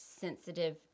sensitive